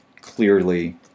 clearly